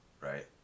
right